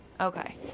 Okay